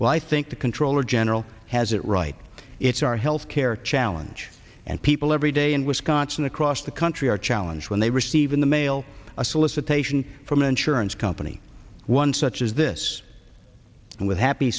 well i think the controller general has it right it's our health care challenge and people every day in wisconsin across the country are challenge when they receive in the mail a solicitation from insurance company one such as this and with happy